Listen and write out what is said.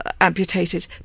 Amputated